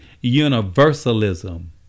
universalism